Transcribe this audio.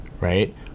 right